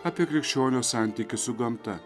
apie krikščionio santykį su gamta